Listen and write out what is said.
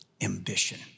ambition